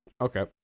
Okay